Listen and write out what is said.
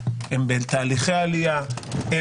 בתהליכי עלייה,